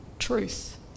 truth